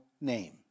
name